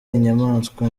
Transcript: inyamaswa